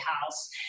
House